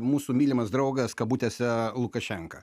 mūsų mylimas draugas kabutėse lukašenka